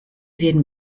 werden